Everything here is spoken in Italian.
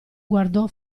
guardò